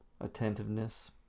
attentiveness